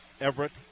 Everett